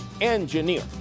Engineer